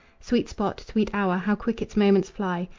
sweet spot! sweet hour! how quick its moments fly!